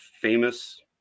famous